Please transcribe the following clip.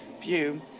view